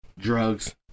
Drugs